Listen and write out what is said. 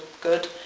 good